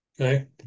Okay